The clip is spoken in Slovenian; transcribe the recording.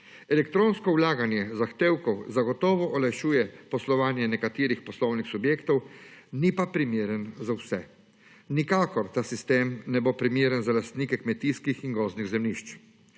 Elektronsko vlaganje zahtevkov zagotovo olajšuje poslovanje nekaterih poslovnih subjektov ni pa primeren za vse. Nikakor ta sistem ne bo primeren za lastnike kmetijskih in gozdnih zemljišč.